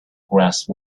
grasp